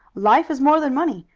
life is more than money,